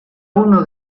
uno